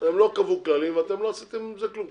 הם לא קבעו כללים ואתם לא עשיתם עם זה כלום.